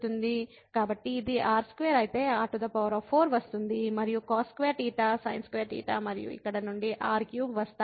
కాబట్టి ఇది r2 అయితే r4 వస్తుంది మరియు cos2θ sin2θ మరియు ఇక్కడ నుండి r3 వస్తాయి